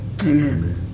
amen